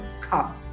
come